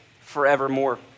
forevermore